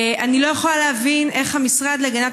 אני לא יכולה להבין איך נציג המשרד להגנת